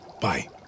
Bye